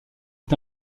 est